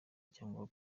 cyangwa